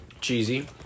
Cheesy